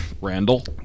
Randall